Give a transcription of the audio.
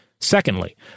Secondly